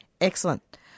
Excellent